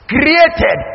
Created